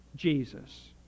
Jesus